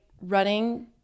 running